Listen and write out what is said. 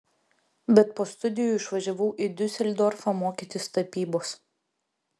bet po studijų išvažiavau į diuseldorfą mokytis tapybos